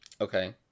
Okay